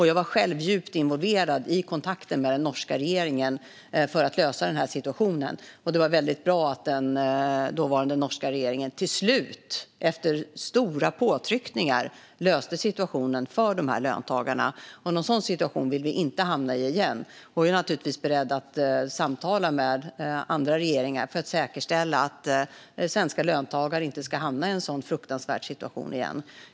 Jag var själv djupt involverad i kontakten med den norska regeringen för att lösa denna situation, och det var bra att den dåvarande norska regeringen till slut, efter stora påtryckningar, löste situationen för dessa löntagare. En sådan situation vill vi inte hamna i igen, och jag är givetvis beredd att samtala med andra regeringar för att säkerställa att svenska löntagare inte ska hamna i en sådan fruktansvärd situation igen.